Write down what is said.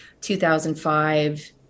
2005